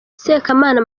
sekamana